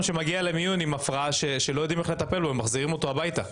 שמגיע למיון עם הפרעה שלא יודעים לטפל בה ומחזירים אותו הביתה.